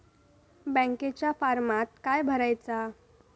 बँकेच्या फारमात काय भरायचा?